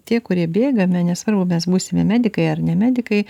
tie kurie bėgame nesvarbu mes būsime medikai ar ne medikai